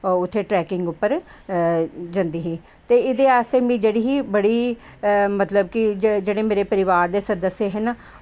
ओह् उत्थें ट्रैकिंग उप्पर जंदी ही ते एह्दे आस्तै मिगी जेह्ड़ी ही ते मतलब कि जेह्ड़े मेरे परिवार दे सदस्य हे ना